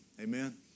Amen